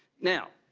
now,